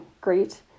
great